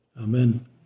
Amen